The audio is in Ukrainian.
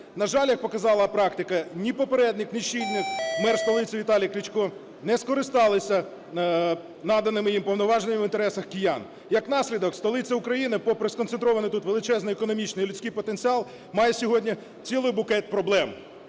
На жаль, як показала практика ні попередник, ні чинний мер столиці Віталій Кличко не скористалися наданими їм повноваженнями в інтересах киян. Як наслідок, столиця України, попри сконцентрований тут величезний економічний, людський потенціал, має сьогодні цілий букет проблем.